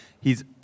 he's-